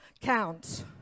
counts